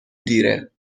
دیره